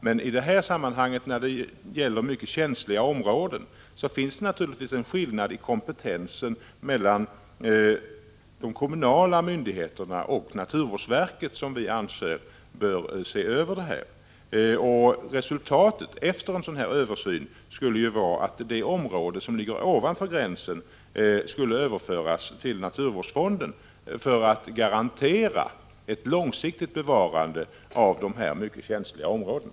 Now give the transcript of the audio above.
Men i det här sammanhanget, då det gäller mycket känsliga områden, finns det naturligtvis en skillnad i kompetensen mellan de kommunala myndigheterna och naturvårdsverket, som vi anser bör göra översynen. Resultatet efter en sådan översyn skulle ju vara att områden som ligger ovanför gränsen skulle överföras till naturvårdsfonden, för att garantera ett långsiktigt bevarande av dessa mycket känsliga områden.